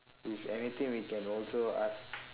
if anything we can also ask